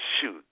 shoot